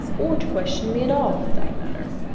or to question me at all, for that matter.